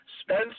Spence